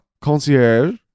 concierge